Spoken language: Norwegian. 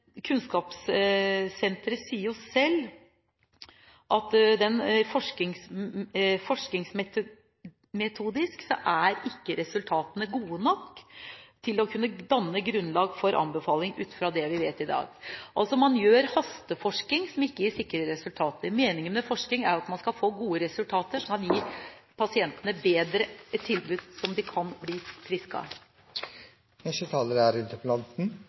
Kunnskapssenteret sier selv at forskningsmetodisk er ikke resultatene gode nok til å kunne danne grunnlag for anbefaling ut fra det vi vet i dag. Man gjør hasteforskning som ikke gir sikre resultater. Meningen med forskning er jo at man skal få gode resultater som kan gi pasientene et tilbud som de kan bli